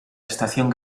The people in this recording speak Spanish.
estación